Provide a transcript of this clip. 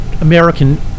american